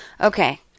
Okay